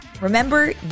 Remember